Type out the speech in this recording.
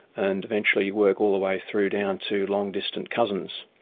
and eventually you work all the way through down to long distant cousins.